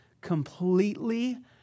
Completely